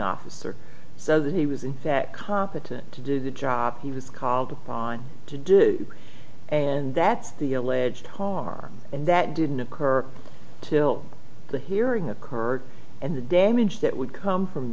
officer so that he was in that competent to do the job he was called upon to do and that's the alleged harm and that didn't occur to the hearing occurred and the damage that would come from